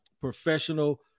professional